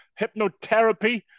hypnotherapy